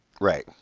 right